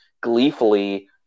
gleefully